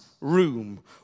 room